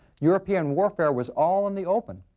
european warfare was all in the open.